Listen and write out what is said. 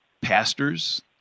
pastors